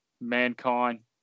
Mankind